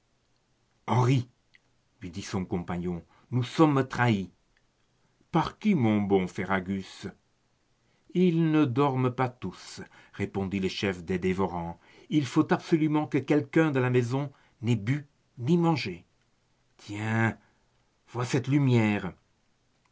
henri lui dit son compagnon nous sommes trahis par qui mon bon ferragus ils ne dorment pas tous répondit le chef des dévorants il faut absolument que quelqu'un de la maison n'ait ni bu ni mangé tiens vois cette lumière